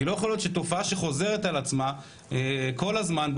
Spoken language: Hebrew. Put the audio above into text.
לא יכול להיות שתופעה שחוזרת על עצמה כל הזמן,